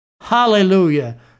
Hallelujah